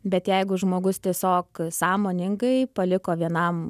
bet jeigu žmogus tiesiog sąmoningai paliko vienam